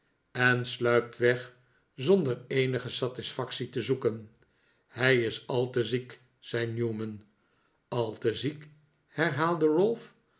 en sluipt weg zonder eenige satisfactie te zoeken hij is al te ziek zei newman al te ziek herhaalde ralph